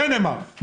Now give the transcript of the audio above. דנמרק,